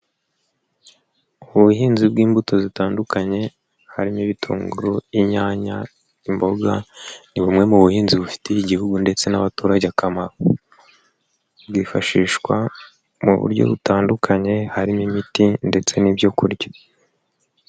Ubuhinzi bw'imbuto zitandukanye harimo ibitunguru, inyanya, imboga ni bumwe mu buhinzi bufitiye Igihugu ndetse n'abaturage akamaro, bwifashishwa mu buryo butandukanye harimo imiti ndetse n'ibyo kurya.